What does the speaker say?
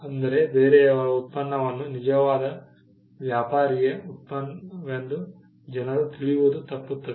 ಅಂದರೆ ಬೇರೆಯವರ ಉತ್ಪನ್ನವನ್ನು ನಿಜವಾದ ವ್ಯಾಪಾರಿಯ ಉತ್ಪನ್ನವೆಂದು ಜನರು ತಿಳಿಯುವುದು ತಪ್ಪುತ್ತದೆ